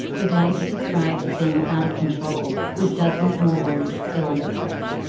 the blaze is described as being out of control with dozens more homes still under threat,